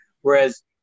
whereas